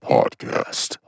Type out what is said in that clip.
Podcast